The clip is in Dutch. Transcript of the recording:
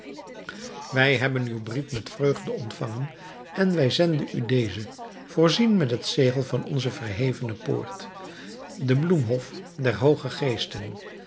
wij hebben uw brief met vreugde ontvangen en wij zenden u dezen voorzien met het zegel van onze verhevene poort den bloemhof der hooge